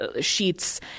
sheets